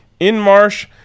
inmarsh